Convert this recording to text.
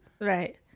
Right